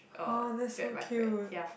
oh that's so cute